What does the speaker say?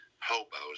hobos